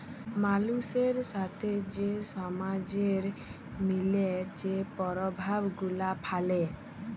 মালুসের সাথে যে সমাজের মিলে যে পরভাব গুলা ফ্যালে